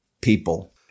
people